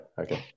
Okay